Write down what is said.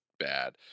bad